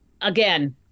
again